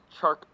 Chark